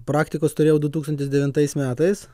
praktikos turėjau du tūkstantis devintais metais